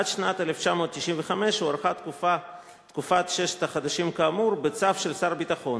עד שנת 1995 הוארכה תקופת ששת החודשים כאמור בצו של שר הביטחון,